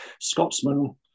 Scotsman